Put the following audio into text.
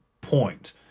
point